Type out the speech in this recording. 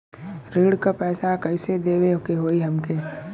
ऋण का पैसा कइसे देवे के होई हमके?